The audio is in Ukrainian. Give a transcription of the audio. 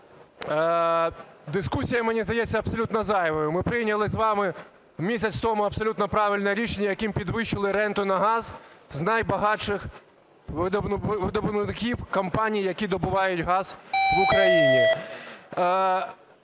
Дискусія, мені здається, абсолютно зайвою. Ми прийняли з вами місяць тому абсолютно правильне рішення, яким підвищили ренту на газ з найбагатших видобувників-компаній, які видобувають газ в Україні.